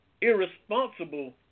irresponsible